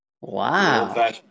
Wow